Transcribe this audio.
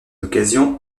occasion